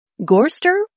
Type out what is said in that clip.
gorster